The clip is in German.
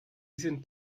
sind